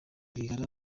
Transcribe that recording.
rwigara